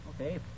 Okay